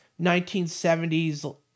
1970s